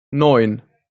neun